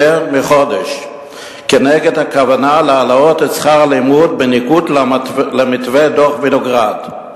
מחודש כנגד הכוונה להעלות את שכר הלימוד בניגוד למתווה דוח-וינוגרד.